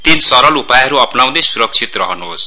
तीन सरल उपायहरू अपनाउँदै स्रक्षित रहन्होस्